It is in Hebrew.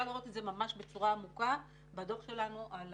לראות את זה ממש בצורה עמוקה בדוח שלנו על